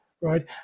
right